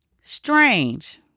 strange